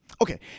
Okay